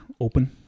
open